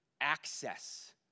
access